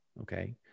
Okay